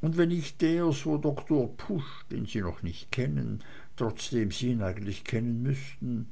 und wenn nicht der so doktor pusch den sie noch nicht kennen trotzdem sie ihn eigentlich kennen müßten